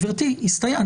גברתי, הסתיים.